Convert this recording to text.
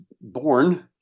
born